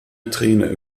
träne